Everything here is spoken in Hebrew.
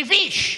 מביש.